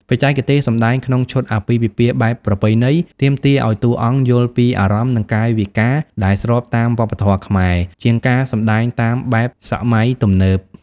បច្ចេកទេសសម្ដែងក្នុងឈុតអាពាហ៍ពិពាហ៍បែបប្រពៃណី ទាមទារឲ្យតួអង្គយល់ពីអារម្មណ៍ និងកាយវិការដែលស្របតាមវប្បធម៌ខ្មែរ ជាងការសម្ដែងតាមបែបសម័យទំនើប។